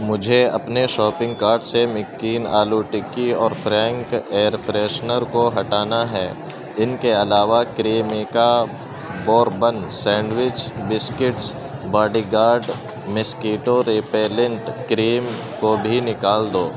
مجھے اپنے shopping cart سے مکین آلو ٹکی اور فرینک ایئر فریشنر کو ہٹانا ہے ان کے علاوہ Cremica bourbon sandwich biscuits body guard mosquito repellent cream کو بھی نکال دو